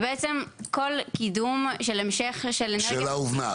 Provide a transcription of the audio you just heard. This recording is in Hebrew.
ובעצם ל קידום של המשך --- השאלה הובנה,